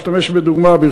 אשתמש בדוגמה קצרה,